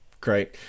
Great